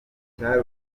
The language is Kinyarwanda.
icyari